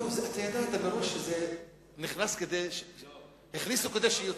לא, אתה ידעת מראש שזה נכנס, שהכניסו כדי שיוציאו.